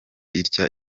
itya